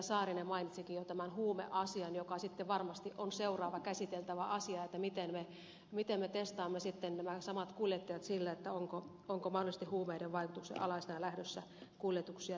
saarinen mainitsikin jo tämän huumeasian joka sitten varmasti on seuraava käsiteltävä asia eli miten me testaamme sitten nämä samat kuljettajat että ovatko he mahdollisesti huumeiden vaikutuksen alaisena lähdössä kuljetuksia tekemään